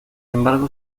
embargo